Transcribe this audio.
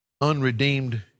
unredeemed